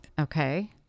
Okay